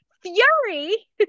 fury